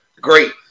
Great